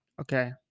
Okay